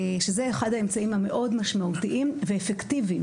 זה אחד האמצעים המאוד משמעותיים ואפקטיביים,